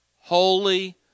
Holy